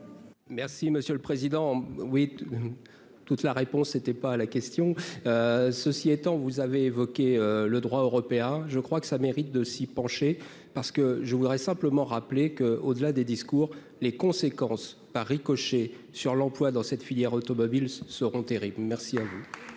Merci monsieur le président, oui, toute la réponse était pas à la question, ceci étant, vous avez évoqué le droit européen, je crois que ça mérite de s'y pencher, parce que je voudrais simplement rappeler que, au-delà des discours, les conséquences par ricochet sur l'emploi dans cette filière automobile seront terribles, merci à vous.